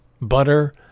butter